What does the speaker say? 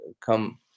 Come